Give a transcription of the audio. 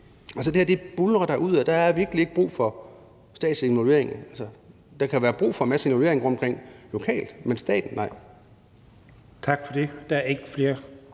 det her buldrer derudad, og der er virkelig ikke brug for statslig involvering. Der kan være brug for en masse involvering rundtomkring lokalt, men ikke fra